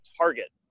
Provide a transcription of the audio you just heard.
target